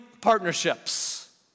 partnerships